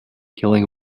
killing